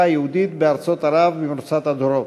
היהודית בארצות ערב במרוצת הדורות: